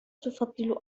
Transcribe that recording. تفضل